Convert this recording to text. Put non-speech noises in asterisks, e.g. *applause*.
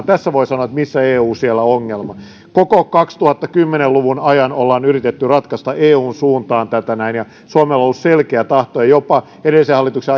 *unintelligible* tässä voi sanoa että missä eu siellä ongelma koko kaksituhattakymmenen luvun ajan ollaan yritetty ratkaista eun suuntaan tätä näin suomella on ollut selkeä tahto ja edellisen hallituksen *unintelligible*